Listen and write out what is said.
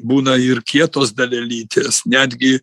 būna ir kietos dalelytės netgi